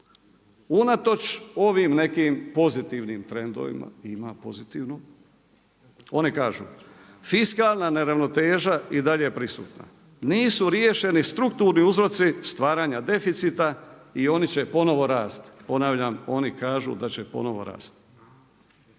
Unatoč ovim nekim pozitivnim trendovima, ima pozitivno, oni kažu: „Fiskalna neravnoteža i dalje je prisutna. Nisu riješeni strukturni uzroci stvaranja deficita i oni će ponovno rasti.“. Ponavljam, oni kažu da će ponovno rasti.